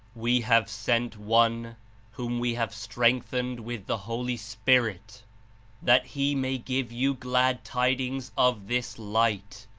we have sent one whom we have strengthened with the holy spirit that he may give you glad tid ings of this light,